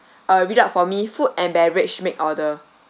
uh read out for me food and beverage make order